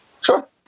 Sure